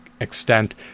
extent